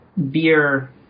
Beer